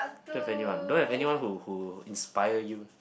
don't have anyone don't have anyone who who inspire you